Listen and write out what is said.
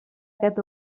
aquest